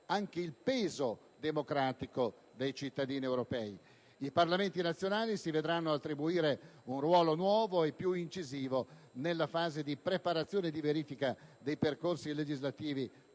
anche il peso democratico dei cittadini europei. I Parlamenti nazionali si vedranno attribuire un ruolo nuovo e più incisivo nella fase di preparazione e di verifica dei percorsi legislativi